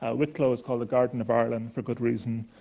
ah wicklow is called the garden of ireland for good reason.